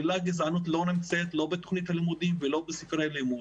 המילה גזענות לא נמצאת לא בתוכנית הלימודים ולא בספרי לימוד,